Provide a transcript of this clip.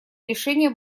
решения